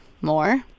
more